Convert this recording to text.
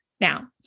Now